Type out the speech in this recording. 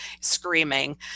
screaming